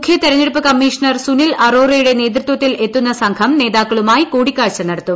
മുഖ്യ തെരഞ്ഞെടുപ്പ് കമ്മീഷണർ സുനിൽ അറോറയുടെ നേതൃത്വത്തിൽ എത്തുന്ന സംഘം നേതാക്കളുമായി കൂടിക്കാഴ്ച നടത്തും